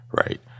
Right